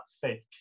fake